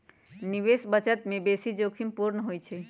निवेश बचत से बेशी जोखिम पूर्ण होइ छइ